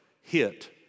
hit